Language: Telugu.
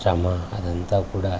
శ్రమ అదంతా కూడా